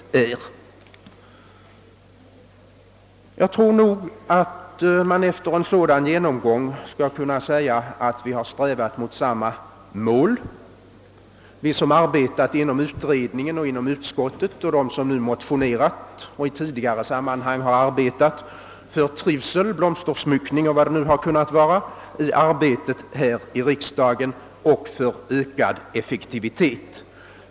Jag tror nog att man efter denna genomgång skall kunna säga att vi har strävat mot samma mål, vi som arbetat inom utredningen och inom utskottet och de som nu motionerat och de som i tidigare sammanhang har arbetat för trivsel — blomstersmyckning och andra liknande saker -— i arbetet här i riksdagen och för ökad effektivitet.